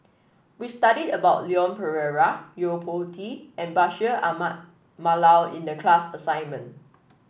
we studied about Leon Perera Yo Po Tee and Bashir Ahmad Mallal in the class assignment